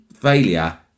failure